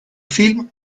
film